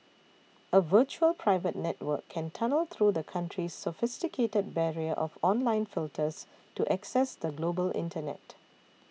a virtual private network can tunnel through the country's sophisticated barrier of online filters to access the global internet